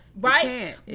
Right